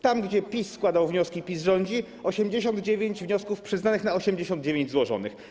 Tam, gdzie PiS składał wnioski, PiS rządzi, 89 wniosków przyznanych na 89 złożonych.